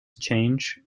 change